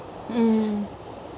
mm mm